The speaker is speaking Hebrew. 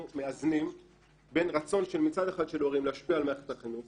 אנחנו מאזנים בין רצון מצד אחד של הורים להשפיע על מערכת החינוך